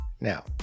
now